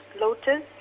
Lotus